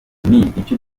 iki